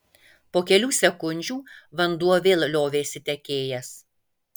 po kelių sekundžių vanduo vėl liovėsi tekėjęs